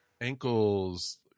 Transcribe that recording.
Ankles